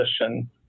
position